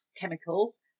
chemicals